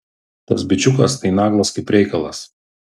tas bičiukas tai naglas kaip reikalas